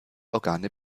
organe